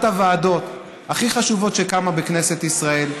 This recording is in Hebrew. הוועדות הכי חשובות שקמה בכנסת ישראל,